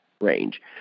range